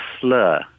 slur